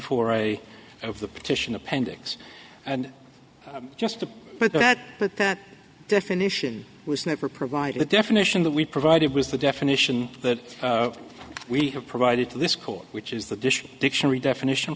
four a of the petition appendix and just to put that definition was never provided the definition that we provided was the definition that we have provided to this court which is the dish dictionary definition